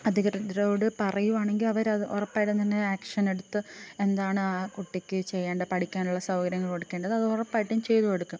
അധികൃതരോട് പറയുകയാണെങ്കിൽ അവരത് ഉറപ്പായിട്ടും തന്നെ ആക്ഷനെടുത്ത് എന്താണ് ആ കുട്ടിക്ക് ചെയ്യേണ്ട പഠിക്കാനുള്ള സൗകര്യങ്ങൾ കൊടുക്കേണ്ടത് അതുറപ്പായിട്ടും ചെയ്തു കൊടുക്കും